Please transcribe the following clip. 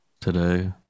today